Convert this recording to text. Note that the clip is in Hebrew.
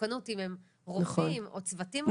מסוכנות אם הם רופאים או צוותים רפואיים.